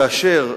כאשר